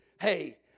hey